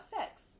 sex